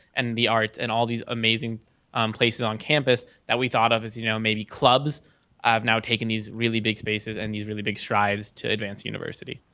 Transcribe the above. and the arts and all these amazing places on campus that we thought of, as you know maybe clubs have now taken these really big spaces and these really big strides to advanced university.